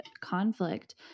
conflict